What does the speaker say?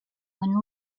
when